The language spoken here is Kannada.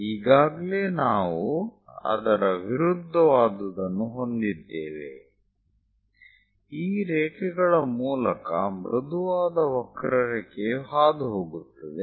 ಈಗಾಗಲೇ ನಾವು ಅದರ ವಿರುದ್ಧವಾದುದನ್ನು ಹೊಂದಿದ್ದೇವೆ ಈ ರೇಖೆಗಳ ಮೂಲಕ ಮೃದುವಾದ ವಕ್ರರೇಖೆಯು ಹಾದುಹೋಗುತ್ತದೆ